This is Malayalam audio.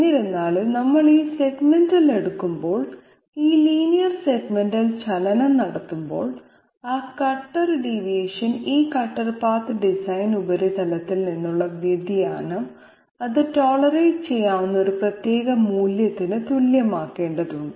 എന്നിരുന്നാലും നമ്മൾ ഈ സെഗ്മെന്റൽ എടുക്കുമ്പോൾ ഈ ലീനിയർ സെഗ്മെന്റൽ ചലനം നടത്തുമ്പോൾ ആ കട്ടർ ഡീവിയേഷൻ ഈ കട്ടർ പാത്ത് ഡിസൈൻ ഉപരിതലത്തിൽ നിന്നുള്ള വ്യതിയാനം അത് ടോളറേറ് ചെയ്യാവുന്ന ഒരു പ്രത്യേക മൂല്യത്തിന് തുല്യമാക്കേണ്ടതുണ്ട്